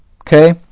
Okay